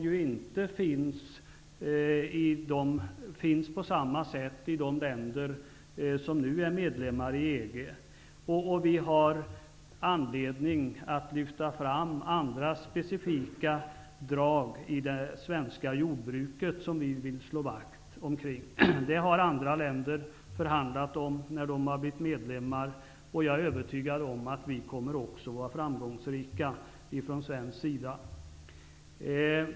Någon parallell finns ju inte i de länder som nu är medlemmar i EG. Vi har anledning att lyfta fram andra specifika drag i det svenska jordbruket, som vi vill slå vakt om. Andra länder har förhandlat när de har blivit medlemmar, och jag är övertygad om att vi kommer att vara framgångsrika också från svensk sida.